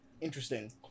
interesting